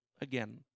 again